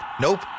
Nope